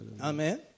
Amen